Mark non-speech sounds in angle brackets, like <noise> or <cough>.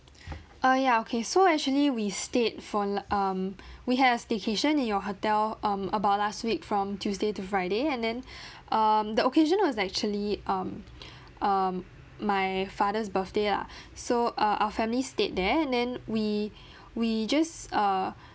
<breath> uh ya okay so actually we stayed for um we had a staycation in your hotel um about last week from tuesday to friday and then <breath> um the occasion was actually um <breath> um my father's birthday lah <breath> so uh our family stayed there then we <breath> we just uh